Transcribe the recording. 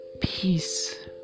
peace